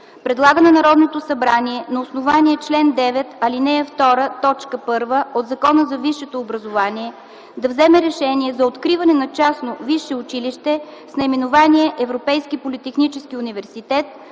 Предлага на Народното събрание на основание чл. 9, ал. 2, т. 1 от Закона за висшето образование да вземе решение за откриване на частно висше училище с наименование „Европейски политически университет”